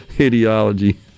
ideology